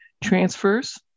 transfers